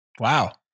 Wow